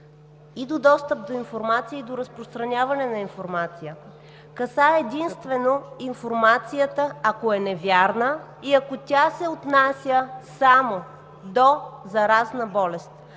и до достъп до информация, и до разпространяване на информация, касае единствено информацията, ако е невярна и ако тя се отнася само до заразна болест,